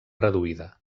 reduïda